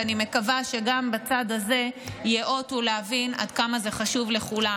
ואני מקווה שגם בצד הזה ייאותו להבין עד כמה זה חשוב לכולם,